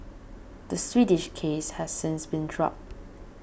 the Swedish case has since been dropped